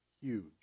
huge